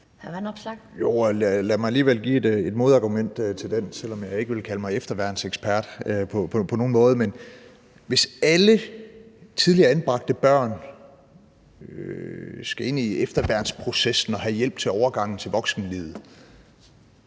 komme med et modargument til det, selv om jeg ikke på nogen måde vil kalde mig efterværnsekspert. Hvis alle tidligere anbragte børn skal ind i efterværnsprocessen og have hjælp til overgangen til voksenlivet,